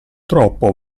troppo